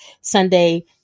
Sunday